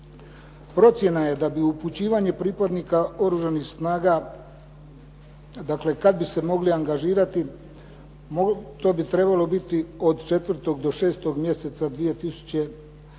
Procjena je da bi upućivanje pripadnika Oružanih snaga, dakle kad bi se mogli angažirati, to bi trebalo biti od 4. do 6. mjeseca 2009.